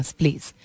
please